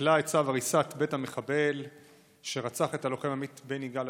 שביטלה את צו הריסת בית המחבל שרצח את הלוחם עמית בן יגאל,